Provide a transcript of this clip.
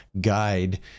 guide